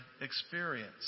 experience